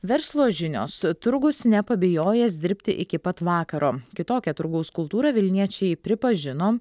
verslo žinios turgus nepabijojęs dirbti iki pat vakaro kitokią turgaus kultūrą vilniečiai pripažino